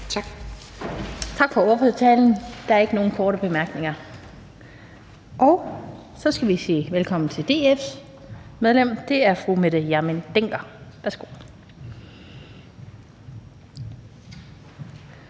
Tak for ordførertalen. Der er ikke nogen korte bemærkninger. Så skal vi sige velkommen til DF's ordfører, og det er fru Mette Hjermind Dencker. Værsgo.